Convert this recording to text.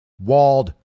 walled